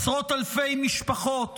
עשרות אלפי משפחות